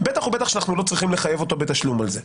בטח ובטח שאנחנו לא צריכים לחייב אותו בתשלום על זה.